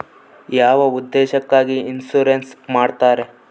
ಯಾವ ಉದ್ದೇಶಕ್ಕಾಗಿ ಇನ್ಸುರೆನ್ಸ್ ಮಾಡ್ತಾರೆ?